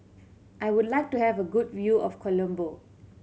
I would like to have a good view of Colombo